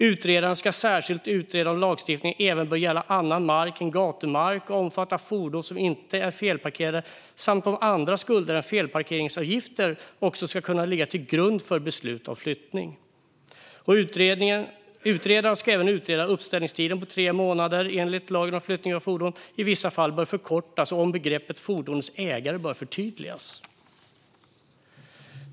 Utredaren ska särskilt utreda om lagstiftningen även bör gälla annan mark än gatumark, omfatta fordon som inte är felparkerade samt om andra skulder än felparkeringsavgifter ska kunna ligga till grund för ett beslut om flyttning. Utredaren ska även utreda om uppställningstiden på tre månader enligt lagen om flyttning av fordon i vissa fall bör förkortas och om begreppet "fordonets ägare" bör förtydligas.